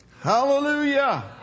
Hallelujah